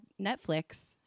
Netflix